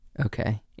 Okay